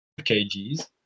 kgs